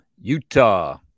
Utah